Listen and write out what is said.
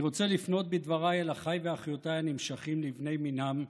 אני רוצה לפנות בדבריי אל אחיי ואחיותיי הנמשכים לבני מינם,